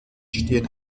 stehen